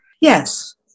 Yes